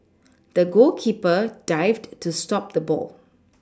the goalkeeper dived to stop the ball